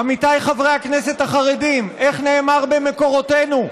עמיתיי חברי הכנסת החרדים, איך נאמר במקורותינו?